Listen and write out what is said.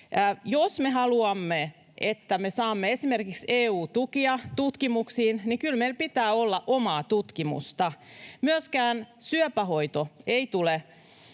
Jos me haluamme, että me saamme esimerkiksi EU-tukia tutkimuksiin, niin kyllä meillä pitää olla omaa tutkimusta. Myöskään korkeatasoinen syöpähoito ei tule